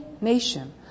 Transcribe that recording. nation